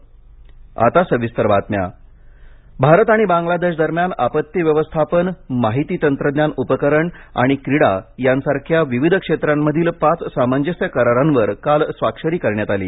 भारत आणि बांग्लादेश सामंजस्य करार भारत आणि बांग्लादेश दरम्यान आपत्ती व्यवस्थापन माहिती तंत्रज्ञान उपकरण आणि क्रीडा यासारख्या विविध क्षेत्रांमधील पाच सामंजस्य करारांवर काल स्वाक्षरी करण्यात आली